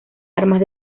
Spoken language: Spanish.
armas